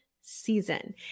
season